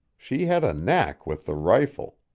she had a knack with the rifle.